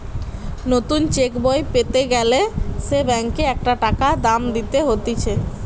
নতুন চেক বই পেতে গ্যালে সে ব্যাংকে একটা টাকা দাম দিতে হতিছে